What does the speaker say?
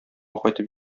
кайтып